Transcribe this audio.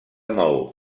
maó